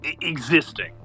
existing